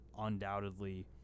undoubtedly